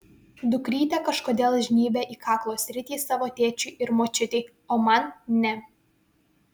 dukrytė kažkodėl žnybia į kaklo sritį savo tėčiui ir močiutei o man ne